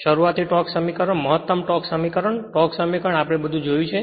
શરૂઆતી ટોર્ક સમીકરણ મહત્તમ ટોર્ક સમીકરણ ટોર્ક સમીકરણ બધું આપણે જોયું છે